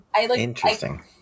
Interesting